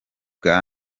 bwa